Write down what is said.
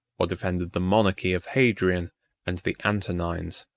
or defended the monarchy of hadrian and the antonines.